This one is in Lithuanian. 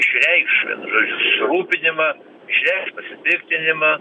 išreikš vienu žodžiu susirūpinimą išreikš pasipiktinimą